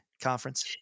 conference